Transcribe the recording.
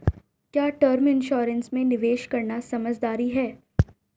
क्या term insurance में निवेश करना समझदारी है?